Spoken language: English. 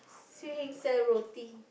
Swee Heng sell roti